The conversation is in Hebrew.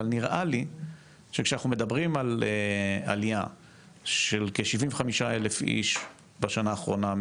נראה לי שכשאנחנו מדברים על עלייה של כ-75,000 איש בשנה האחרונה,